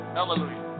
Hallelujah